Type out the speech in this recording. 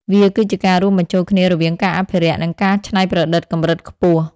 វាគឺជាការរួមបញ្ចូលគ្នារវាងការអភិរក្ស និងការច្នៃប្រឌិតកម្រិតខ្ពស់។